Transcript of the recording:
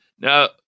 Now